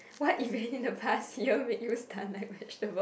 what event in the past year make you stunned like vegetable